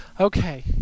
Okay